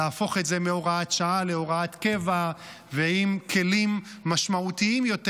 להפוך את זה מהוראת שעה להוראת קבע ועם כלים משמעותיים יותר,